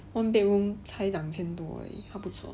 one bedroom 才两千多而已他不做